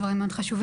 דברים מאוד חשובים.